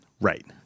right